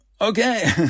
Okay